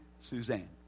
Suzanne